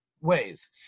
ways